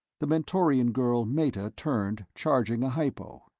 the mentorian girl meta turned, charging a hypo.